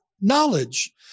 knowledge